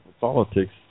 politics